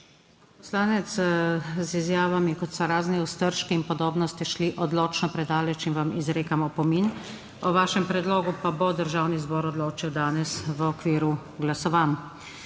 Poslanec, z izjavami, kot so razni Ostržki in podobno, ste šli odločno predaleč in vam izrekam opomin. O vašem predlogu pa bo Državni zbor odločil danes v okviru glasovanj.